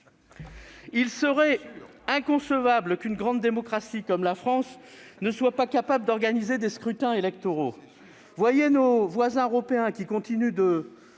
Il serait donc inconcevable qu'une grande démocratie comme la France ne soit pas capable d'organiser des scrutins électoraux. Voyez nos voisins européens, qui continuent de